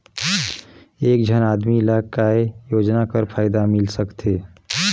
एक झन आदमी ला काय योजना कर फायदा मिल सकथे?